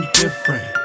different